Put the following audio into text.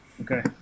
Okay